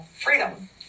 freedom